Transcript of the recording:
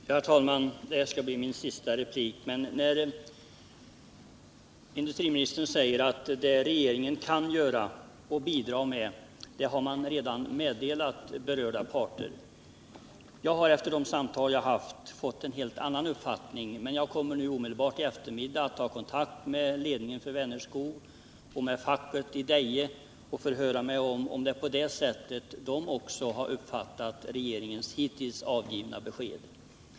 Herr talman! Det här skall bli mitt sista inlägg i denna debatt. Industriministern säger att det regeringen kan göra och bidra med, det har man redan meddelat berörda parter. Jag har efter de samtal jag haft fått en helt annan uppfattning, men jag kommer nu omedelbart i eftermiddag att ta kontakt med ledningen för Vänerskog och med facket i Deje och förhöra mig om huruvida det är på det sättet de också har uppfattat regeringens hittills avgivna besked.